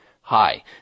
Hi